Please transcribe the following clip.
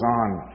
on